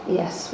yes